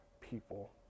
people